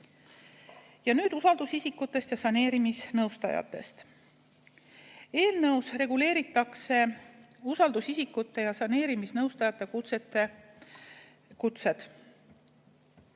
Ja nüüd usaldusisikutest ja saneerimisnõustajatest. Eelnõus reguleeritakse usaldusisikute ja saneerimisnõustajate kutse.